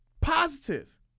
positive